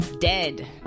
dead